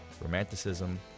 romanticism